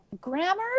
grammar